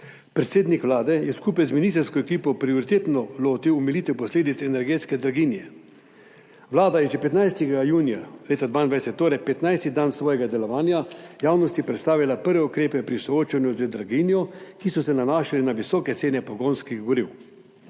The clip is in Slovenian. Predsednik vlade se je skupaj z ministrsko ekipo prioritetno lotil omilitev posledic energetske draginje. Vlada je že 15. junija leta 2022, torej 15. dan svojega delovanja, javnosti predstavila prve ukrepe pri soočanju z draginjo, ki so se nanašali na visoke cene pogonskih goriv.